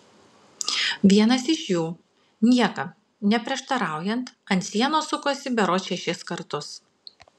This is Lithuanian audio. vienas iš jų niekam neprieštaraujant ant sienos sukosi berods šešis kartus